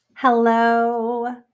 Hello